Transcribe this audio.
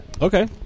Okay